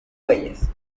bueyes